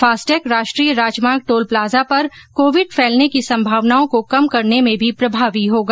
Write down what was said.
FASTag राष्ट्रीय राजमार्ग toll plaza पर कोविड फैलने की संभावनाओं को कम करने में भी प्रभावी होगा